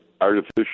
artificial